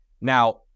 Now